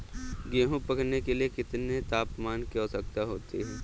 गेहूँ पकने के लिए कितने तापमान की आवश्यकता होती है?